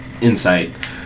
insight